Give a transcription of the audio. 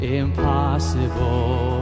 impossible